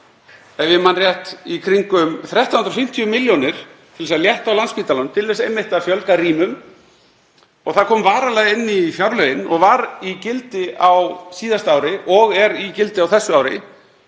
ef ég man rétt í kringum 1.350 milljónir, til þess að létta á Landspítalanum, til þess að fjölga einmitt rýmum. Það kom varanlega inn í fjárlögin og var í gildi á síðasta ári og er í gildi á þessu ári.